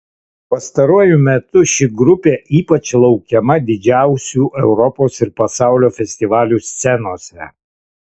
pastaruoju metu ši grupė ypač laukiama didžiausių europos ir pasaulio festivalių scenose